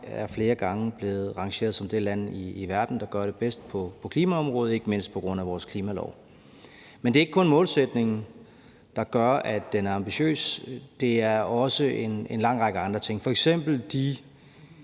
er flere gange blevet rangeret som det land i verden, der gør det bedst på klimaområdet, ikke mindst på grund af vores klimalov. Men det er ikke kun målsætningen, der gør, at den er ambitiøs; det er også en lang række andre ting, f.eks. de